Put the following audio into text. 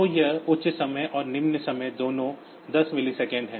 तो यह उच्च समय और निम्न समय दोनों 10 मिलीसेकंड है